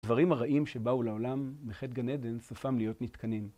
הדברים הרעים שבאו לעולם מחטא גן עדן סופם להיות נתקנים.